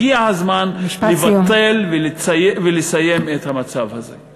הגיע הזמן לבטל ולסיים את המצב הזה.